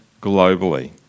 globally